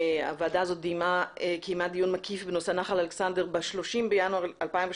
הוועדה הזאת קיימה דיון מקיף בנושא נחל אלכסנדר ב-30 בינואר 2018